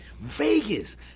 Vegas